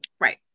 right